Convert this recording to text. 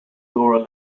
laura